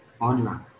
online